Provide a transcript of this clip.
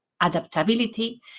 adaptability